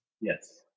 Yes